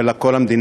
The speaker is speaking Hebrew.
אלא כל המדינה.